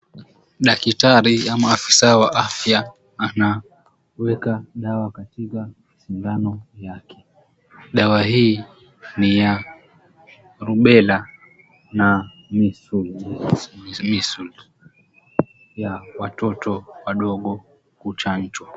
Daktari ama afisa wa afya anaweka dawa katika sindano yake. Dawa hii ni ya rubela na measles , ya watoto wadogo kuchanjwa.